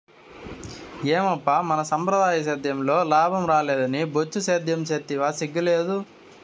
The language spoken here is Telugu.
ఏమప్పా మన సంప్రదాయ సేద్యంలో లాభం రాలేదని బొచ్చు సేద్యం సేస్తివా సిగ్గు లేదూ